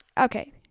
Okay